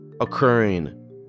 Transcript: occurring